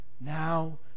Now